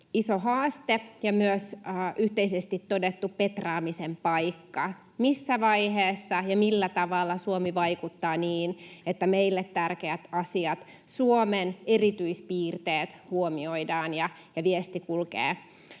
iso haaste ja myös yhteisesti todettu petraamisen paikka. Missä vaiheessa ja millä tavalla Suomi vaikuttaa niin, että meille tärkeät asiat, Suomen erityispiirteet, huomioidaan ja viesti kulkee